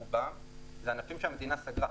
ברובם אלו ענפים שהמדינה סגרה.